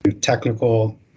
technical